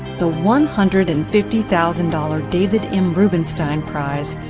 the one hundred and fifty thousand dollar david m. rubenstein prize,